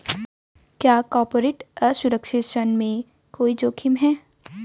क्या कॉर्पोरेट असुरक्षित ऋण में कोई जोखिम है?